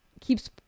keeps